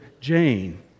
Jane